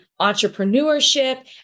entrepreneurship